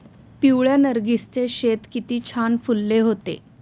पिवळ्या नर्गिसचे शेत किती छान फुलले होते